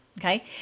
okay